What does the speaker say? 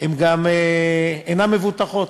הן גם אינן מבוטחות,